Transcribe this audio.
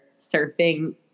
surfing